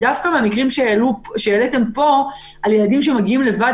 דווקא במקרים שהעליתם פה לגבי ילדים שמגיעים לבד